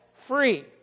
free